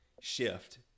shift